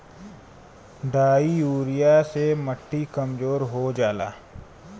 di urea से मट्टी कमजोर हो जाला